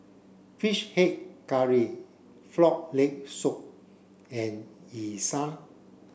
fish head curry frog leg soup and Yu Sheng